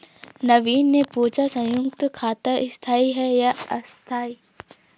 नवीन ने पूछा संयुक्त खाता स्थाई है या अस्थाई